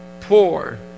poor